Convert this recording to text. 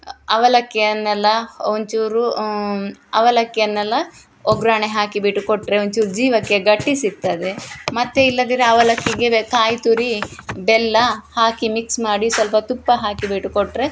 ಅವಲಕ್ಕಿಯನ್ನೆಲ್ಲ ಒಂದ್ಚೂರು ಅವಲಕ್ಕಿಯನ್ನೆಲ್ಲ ಒಗ್ಗರ್ಣೆ ಹಾಕಿಬಿಟ್ಟು ಕೊಟ್ಟರೆ ಒಂಚೂರು ಜೀವಕ್ಕೆ ಗಟ್ಟಿ ಸಿಗ್ತದೆ ಮತ್ತು ಇಲ್ಲದಿದ್ರೆ ಅವಲಕ್ಕಿಗೆ ಕಾಯಿತುರಿ ಬೆಲ್ಲ ಹಾಕಿ ಮಿಕ್ಸ್ ಮಾಡಿ ಸ್ವಲ್ಪ ತುಪ್ಪ ಹಾಕಿಬಿಟ್ಟು ಕೊಟ್ಟರೆ